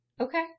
Okay